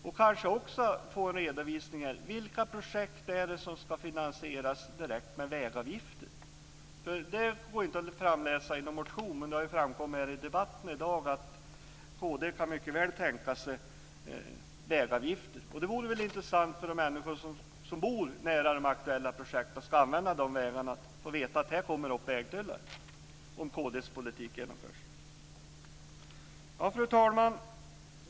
Kanske kunde vi också få en redovisning av vilka projekt som ska finansieras direkt med vägavgifter. Det går inte att utläsa av någon motion, men det har ju framkommit här i debatten i dag att kd mycket väl kan tänka sig vägavgifter. Det vore väl intressant för de människor som bor nära de aktuella projekten och ska använda de vägarna att veta att det kommer upp vägtullar om kd:s politik genomförs. Fru talman!